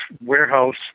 warehouse